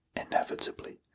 inevitably